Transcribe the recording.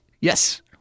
Yes